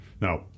Now